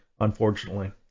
unfortunately